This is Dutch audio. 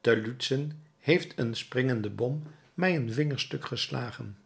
te lutzen heeft een springende bom mij een vinger stuk geslagen